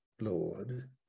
Lord